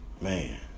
man